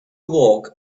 walk